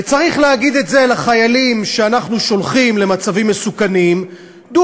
וצריך להגיד את זה לחיילים שאנחנו שולחים למצבים מסוכנים: דעו